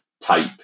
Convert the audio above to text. type